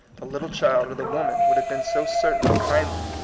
the little child, or the woman would have been so certain of kindly,